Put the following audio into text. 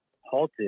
halted